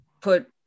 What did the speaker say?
put